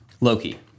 loki